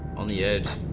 um the eighth